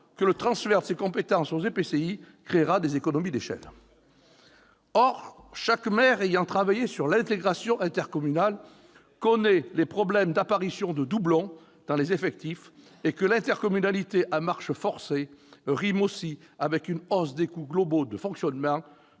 que le transfert de ces compétences aux EPCI créera des économies d'échelle. Ils sont coupés des réalités ! Or chaque maire qui a travaillé sur l'intégration intercommunale connaît les problèmes d'apparition de doublons dans les effectifs, et sait aussi que l'intercommunalité à marche forcée rime avec une hausse des coûts globaux de fonctionnement